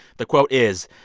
the quote is,